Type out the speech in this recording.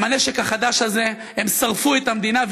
ועם הנשק החדש הזה הם שרפו את המדינה.